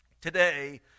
Today